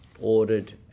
ordered